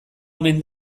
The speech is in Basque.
omen